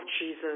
Jesus